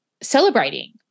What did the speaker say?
celebrating